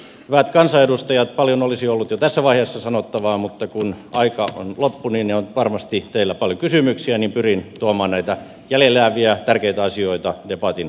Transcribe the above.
hyvät kansanedustajat paljon olisi ollut jo tässä vaiheessa sanottavaa mutta kun aika on loppu ja on varmasti teillä paljon kysymyksiä niin pyrin tuomaan näitä jäljelle jääviä tärkeitä asioita debatin myötä esille